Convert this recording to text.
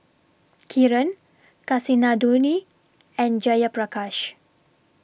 Kiran Kasinadhuni and Jayaprakash